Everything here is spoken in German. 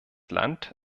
land